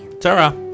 Tara